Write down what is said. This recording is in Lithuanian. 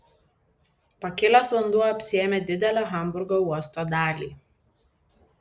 pakilęs vanduo apsėmė didelę hamburgo uosto dalį